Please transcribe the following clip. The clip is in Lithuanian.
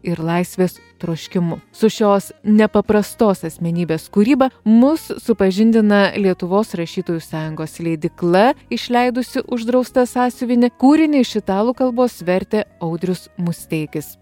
ir laisvės troškimu su šios nepaprastos asmenybės kūryba mus supažindina lietuvos rašytojų sąjungos leidykla išleidusi uždraustą sąsiuvinį kūrinį iš italų kalbos vertė audrius musteikis